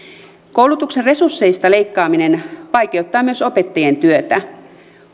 koulutuksen resursseista leikkaaminen vaikeuttaa myös opettajien työtä